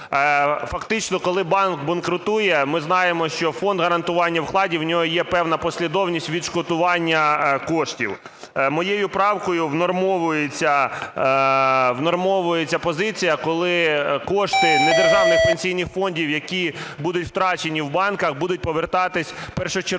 Фактично коли банк банкрутує, ми знаємо, що Фонд гарантування вкладів, в нього є певна послідовність відшкодування коштів. Моєю правкою внормовується позиція, коли кошти недержавних пенсійних фондів, які будуть втрачені в банках, будуть повертатись першочергово